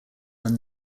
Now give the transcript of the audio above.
when